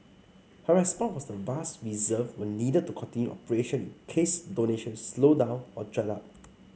her response vast reserve were needed to continue operations in case donations slowed down or dried up